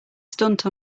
stunt